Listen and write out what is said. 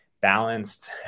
balanced